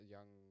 Young